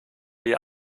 wir